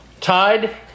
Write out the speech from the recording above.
tied